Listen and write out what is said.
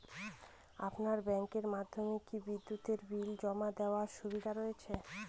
আপনার ব্যাংকের মাধ্যমে কি বিদ্যুতের বিল জমা দেওয়ার সুবিধা রয়েছে?